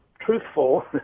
truthful